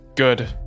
Good